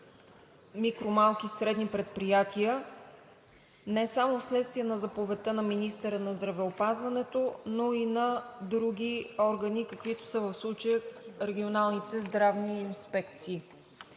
микро- малки и средни предприятия, не само вследствие на заповедта на министъра на здравеопазването, но и на други органи, каквито са в случая регионалните здравни инспекции.